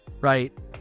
Right